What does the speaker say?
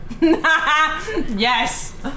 yes